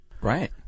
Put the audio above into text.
Right